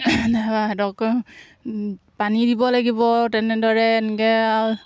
তাৰপৰা সিহঁতক পানী দিব লাগিব তেনেদৰে এনেকৈ আৰু